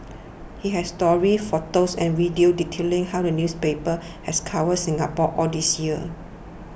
it has stories photos and videos detailing how the newspaper has covered Singapore all these years